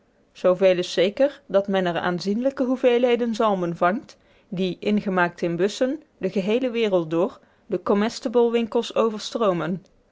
zooveel is zeker dat men er aanzienlijke hoeveelheden zalmen vangt die ingemaakt in bussen de geheele wereld door de comestibles winkels overstroomen